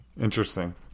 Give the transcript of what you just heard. Interesting